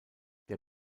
der